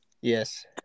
Yes